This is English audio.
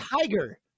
Tiger